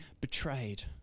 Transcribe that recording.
betrayed